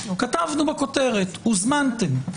כתבנו בכותרת, והוזמנתם.